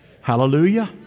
Hallelujah